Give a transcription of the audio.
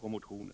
på motionen.